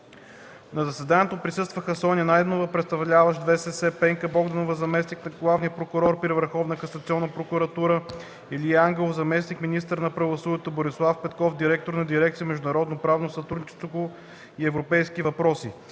На заседанието присъстваха: Соня Найденова – представляващ Висшия съдебен съвет, Пенка Богданова – заместник на главния прокурор при Върховната касационна прокуратура, Илия Ангелов – заместник-министър на правосъдието, Борислав Петков – директор на дирекция „Международно правно сътрудничество и европейски въпроси”,